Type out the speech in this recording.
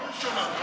לא ראשונה,